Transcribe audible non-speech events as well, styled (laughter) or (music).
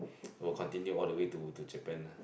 (noise) will continue all the way to to Japan ah